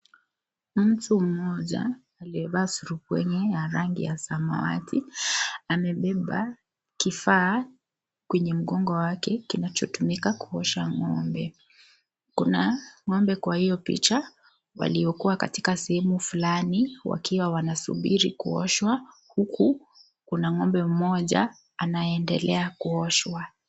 Mtu mmoja aliyevaa surubwenye ya rangi ya samawati amebeba kifaa kwenye mgongo wake kinachotumika kuosha ng'ombe, kuna ng'ombe kwa hiyo picha waliokuwa katika sehemu fulani wakiwa wanasubiri kuoshwa huku kuna ng'ombe mmoja anaendelea kuoshwa.